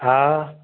हा